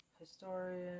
Historian